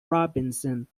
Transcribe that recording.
robinson